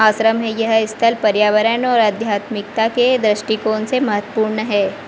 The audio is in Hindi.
आश्रम है यह स्थल पर्यावरण और आध्यात्मिकता के दृष्टिकोण से महत्वपूर्ण है